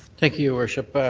thank you, your worship.